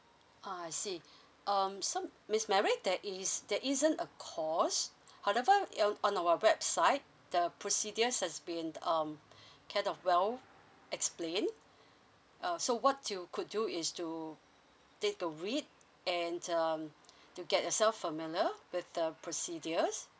uh I see um so miss Mary there is there isn't a cost however on our website the procedure has been um kind of well explained uh so what you could do is to get to read and um to get yourself familiar with the procedures